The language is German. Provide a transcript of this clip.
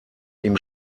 ihm